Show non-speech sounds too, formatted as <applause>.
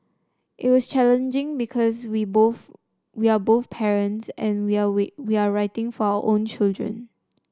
it was challenging because we both we are both parents and <unintelligible> we we are writing for our own children